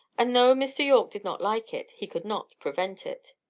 and though mr. yorke did not like it, he could not prevent it.